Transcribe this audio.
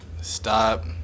stop